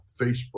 Facebook